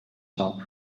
saab